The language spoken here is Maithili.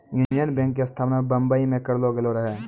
यूनियन बैंक के स्थापना बंबई मे करलो गेलो रहै